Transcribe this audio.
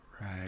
Right